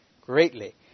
greatly